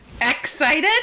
Excited